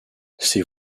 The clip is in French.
ces